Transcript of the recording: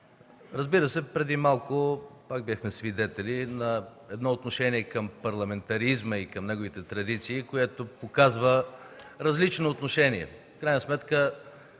Разбира се, преди малко пак бяхме свидетели на едно отношение към парламентаризма и към неговите традиции, което показва различно отношение. В крайна сметка